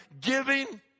giving